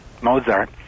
Mozart